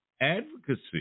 advocacy